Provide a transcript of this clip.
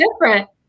different